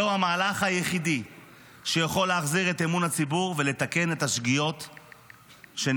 זהו המהלך היחיד שיכול להחזיר את אמון הציבור ולתקן את השגיאות שנעשו,